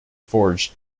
forged